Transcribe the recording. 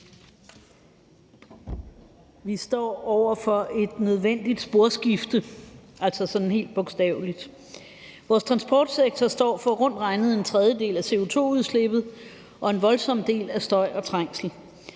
Vi står over for et nødvendigt sporskifte, altså sådan helt bogstaveligt. Vores transportsektor står for rundt regnet en tredjedel af CO2-udslippet og en voldsom del af støjen og trængslen.